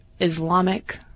Islamic